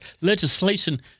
legislation